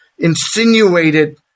Insinuated